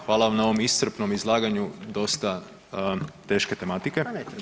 Hvala vam na ovom iscrpnom izlaganju, dosta teške tematike.